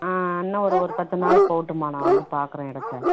ஆ இன்னுவொரு ஒரு பத்துநாள் போகட்டும்மா நான் வந்து பார்க்குறேன் இடத்த